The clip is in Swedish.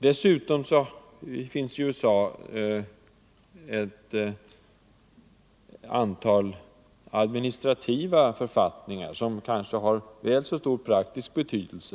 Dessutom finns i USA ett antal administrativa författningar, som kanske har väl så stor praktisk betydelse.